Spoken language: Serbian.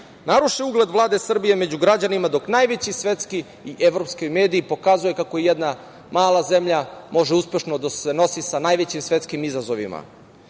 naruše ugled Vlade Srbije među građanima, dok najveći svetski i evropski mediji pokazuju kako jedna mala zemlja može uspešno da se nosi sa najvećim svetskim izazovima. Ipak,